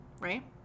right